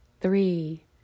three